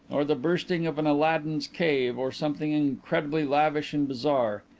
or the bursting of an aladdin's cave, or something incredibly lavish and bizarre.